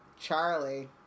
Charlie